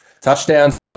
Touchdowns